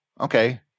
Okay